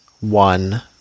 One